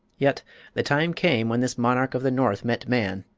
yet the time came when this monarch of the north met man,